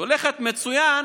היא הולכת מצוין